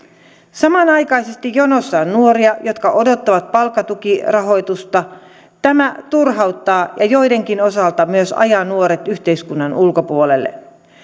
samanaikaisesti jonossa on nuoria jotka odottavat palkkatukirahoitusta tämä turhauttaa ja joidenkin osalta myös ajaa nuoret yhteiskunnan ulkopuolelle